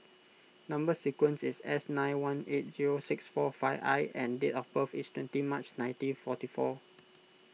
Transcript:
Number Sequence is S nine one eight zero six four five I and date of birth is twenty March nineteen forty four